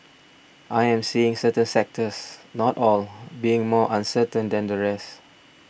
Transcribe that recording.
I am seeing certain sectors not all being more uncertain than the rest